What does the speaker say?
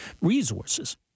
resources